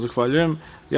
Zahvaljujem.